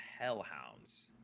Hellhounds